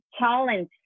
challenge